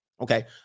Okay